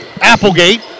Applegate